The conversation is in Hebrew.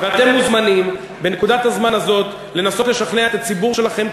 ואתם מוזמנים בנקודת הזמן הזאת לנסות לשכנע את הציבור שלכם,